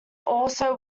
also